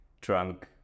drunk